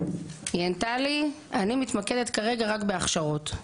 היא ענתה לי אני מתמקדת כרגע רק בהכשרות,